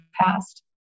past